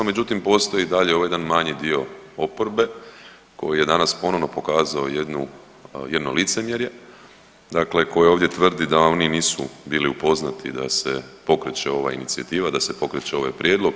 Međutim, postoji i dalje ovaj jedan manji dio oporbe koji je danas ponovno pokazao jednu, jedno licemjerje, dakle koji ovdje tvrdi da oni nisu bili upoznati da se pokreće ova inicijativa, da se pokreće ovaj prijedlog.